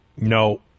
No